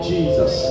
Jesus